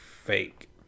fake